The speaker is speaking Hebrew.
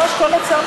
ממש כל הצעה,